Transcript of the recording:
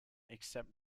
except